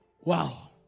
Wow